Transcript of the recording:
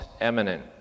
eminent